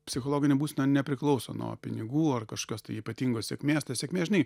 psichologinė būsena nepriklauso nuo pinigų ar kažkokios tai ypatingos sėkmės ta sėkmė žinai